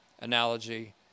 analogy